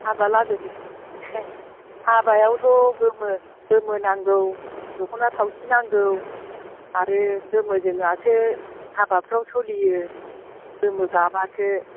हाबा लाबोगोन हाबायावथ' गोमो गोमो नांगौ दखना थावसि नांगौ आरो गोमोजोङासो हाबाफ्राव सोलियो गोमो गाबआसो